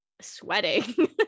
sweating